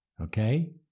Okay